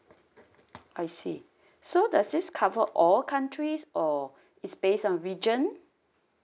I see so does this cover all countries or it's based on region